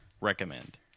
recommend